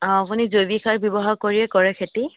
অঁ আপুনি জৈৱিক সাৰ ব্যৱহাৰ কৰিয়ে কৰে খেতি